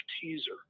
teaser